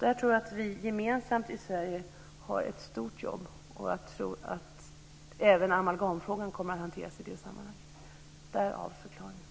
Där tror jag att vi gemensamt i Sverige har ett stort jobb. Jag tror att även amalgamfrågan kommer att hanteras i det sammanhanget. Det är förklaringen.